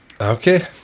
Okay